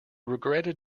regretted